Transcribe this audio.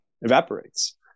evaporates